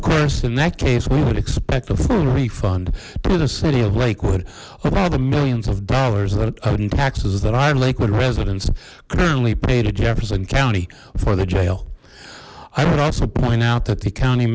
of course in that case we would expect a full refund to the city of lakewood all the millions of dollars in taxes that are liquid residents currently paid at jefferson county for the jail i would also point out that the county